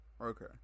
Okay